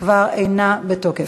כבר אינה בתוקף.